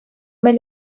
meil